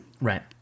Right